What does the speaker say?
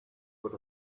was